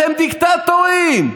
אתם דיקטטורים.